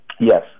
Yes